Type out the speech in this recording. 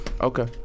Okay